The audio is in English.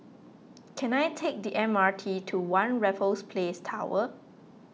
can I take the M R T to one Raffles Place Tower